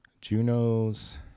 Juno's